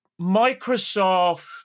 Microsoft